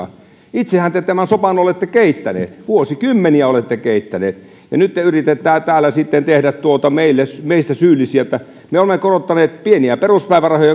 itsehän te tämän sopan olette keittäneet vuosikymmeniä olette keittäneet ja nyt te yritätte täällä täällä sitten tehdä meistä syyllisiä me olemme korottaneet pieniä peruspäivärahoja